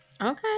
Okay